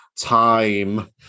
time